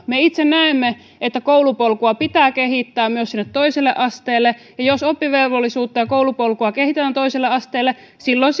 me itse näemme että koulupolkua pitää kehittää myös sinne toiselle asteelle ja jos oppivelvollisuutta ja koulupolkua kehitetään toiselle asteelle silloin